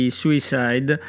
suicide